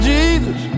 Jesus